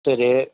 சரி